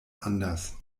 anders